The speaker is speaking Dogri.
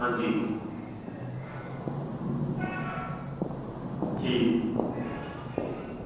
हां जी ठीक